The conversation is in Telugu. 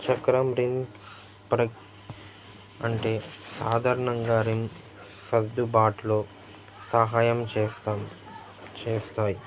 చక్రం రింగ్ ప్ర అంటే సాధారణంగా రింగ్ సర్దుబాటులో సహాయం చేస్తాము చేస్తాయి